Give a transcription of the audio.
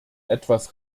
etwas